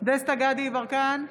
דסטה גדי יברקן,